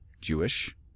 Jewish